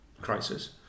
crisis